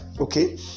okay